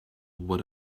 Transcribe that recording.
what